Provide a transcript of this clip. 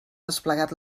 desplegat